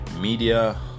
media